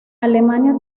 alemania